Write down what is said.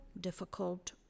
difficult